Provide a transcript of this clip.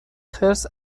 خرس